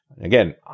Again